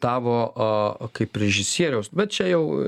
tavo a kaip režisieriaus bet čia jau